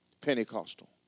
Pentecostal